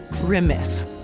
remiss